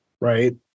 right